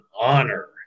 honor